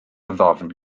ddofn